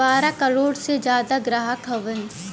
बारह करोड़ से जादा ग्राहक हउवन